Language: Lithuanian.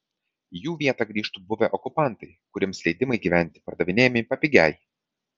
į jų vietą grįžtų buvę okupantai kuriems leidimai gyventi pardavinėjami papigiai